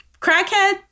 crackhead